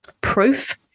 proof